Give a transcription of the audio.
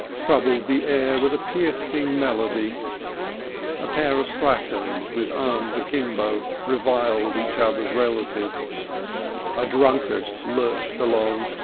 troubled the air with a piercing melody a pair of slatterns with arms a-kimbo reviled each other's relatives a drunkard lurched along,